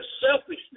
selfishness